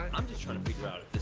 i'm just trying to figure out